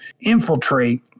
infiltrate